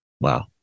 Wow